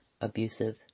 abusive